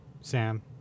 Sam